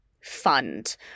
fund